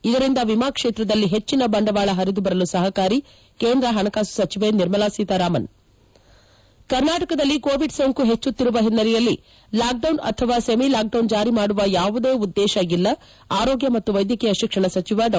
ಇದರಿಂದ ವಿಮಾ ಕ್ಷೇತ್ರದಲ್ಲಿ ಹೆಚ್ಚಿನ ಬಂಡವಾಳ ಹರಿದು ಬರಲು ಸಹಕಾರಿ ಕೇಂದ್ರ ಹಣಕಾಸು ಸಚಿವೆ ನಿರ್ಮಲಾ ಸೀತಾರಾಮನ್ ಿ ಕರ್ನಾಟಕದಲ್ಲಿ ಕೋವಿಡ್ ಸೋಂಕು ಹೆಚ್ಚುತ್ತಿರುವ ಹಿನ್ನೆಲೆಯಲ್ಲಿ ಲಾಕ್ಡೌನ್ ಅಥವಾ ಸೆಮಿ ಲಾಕ್ಡೌನ್ ಜಾರಿ ಮಾಡುವ ಯಾವುದೇ ಉದ್ದೇಶ ಇಲ್ಲ ಆರೋಗ್ಯ ಮತ್ತು ವೈದ್ಯಕೀಯ ಶಿಕ್ಷಣ ಸಚಿವ ಡಾ